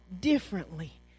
differently